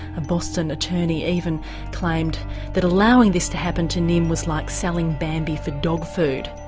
a boston attorney even claimed that allowing this to happen to nim was like selling bambi for dog food.